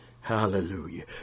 hallelujah